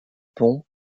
pont